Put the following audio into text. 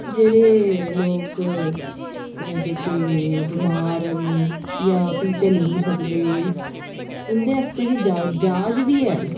जेह्डे़ लोक जेह्के बिमार न जां फ्ही चली निं सकदे उंदे आस्तै ज्हाज बी ऐ न